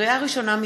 לקריאה ראשונה,